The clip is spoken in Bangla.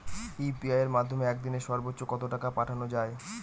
ইউ.পি.আই এর মাধ্যমে এক দিনে সর্বচ্চ কত টাকা পাঠানো যায়?